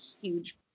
huge